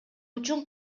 үчүн